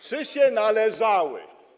Czy się należały?